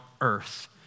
earth